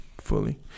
fully